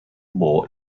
more